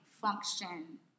function